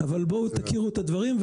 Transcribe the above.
אבל בואו תכירו את הדברים.